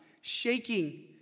shaking